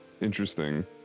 interesting